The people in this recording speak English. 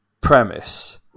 premise